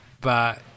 but-